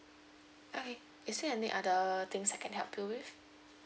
okay is there any other things I can help you with